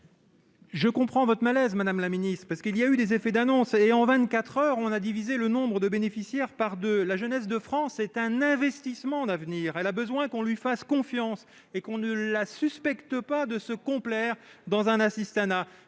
je comprends votre malaise : il y a eu des effets d'annonce, mais en 24 heures on a divisé le nombre de bénéficiaires par deux ! La jeunesse de France est un investissement d'avenir. Elle a besoin qu'on lui fasse confiance et qu'on ne la suspecte pas de se complaire dans un assistanat.